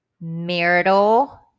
marital